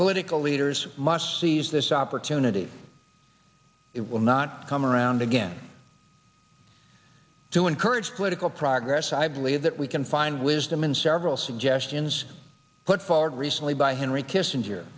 political leaders must seize this opportunity it will not come around again to encourage political progress i believe that we can find wisdom in several suggestions put forward recently by henry kissinger